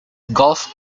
golf